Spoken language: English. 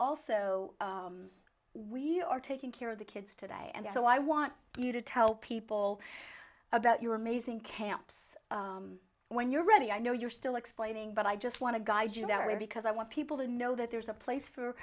also we are taking care of the kids today and so i want you to tell people about your amazing camps when you're ready i know you're still explaining but i just want to guide you that way because i want people to know that there's a place for